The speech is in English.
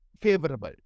favorable